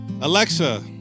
Alexa